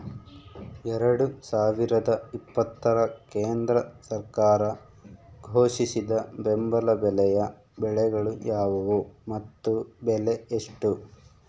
ಎರಡು ಸಾವಿರದ ಇಪ್ಪತ್ತರ ಕೇಂದ್ರ ಸರ್ಕಾರ ಘೋಷಿಸಿದ ಬೆಂಬಲ ಬೆಲೆಯ ಬೆಳೆಗಳು ಯಾವುವು ಮತ್ತು ಬೆಲೆ ಎಷ್ಟು?